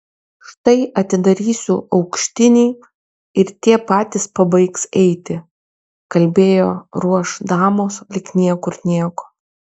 štai atidarysiu aukštinį ir tie patys pabaigs eiti kalbėjo ruoš damos lyg niekur nieko